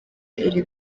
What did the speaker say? iri